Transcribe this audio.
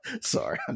Sorry